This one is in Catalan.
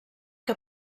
que